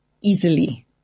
Easily